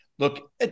Look